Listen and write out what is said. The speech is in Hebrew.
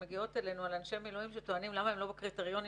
שמגיעות אלינו מאנשי מילואים ששואלים למה הם לא בקריטריונים